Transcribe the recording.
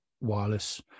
wireless